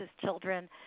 children